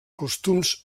costums